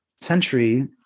century